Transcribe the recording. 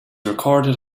recorded